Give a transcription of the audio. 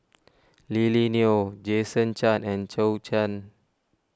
Lily Neo Jason Chan and Zhou Can